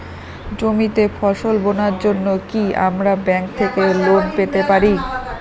জমিতে ফসল বোনার জন্য কি আমরা ব্যঙ্ক থেকে লোন পেতে পারি?